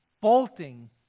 bolting